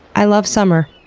i love summer.